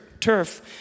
turf